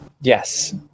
Yes